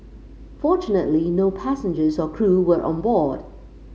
fortunately no passengers or crew were on board